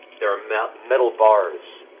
there are metal metal bars.